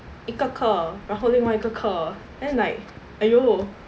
一个课然后另外一个课 then like !aiyo!